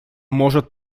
может